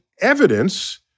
evidence